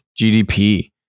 GDP